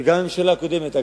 שגם הממשלה הקודמת,